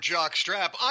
Jockstrap